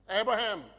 Abraham